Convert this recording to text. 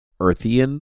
earthian